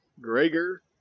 Gregor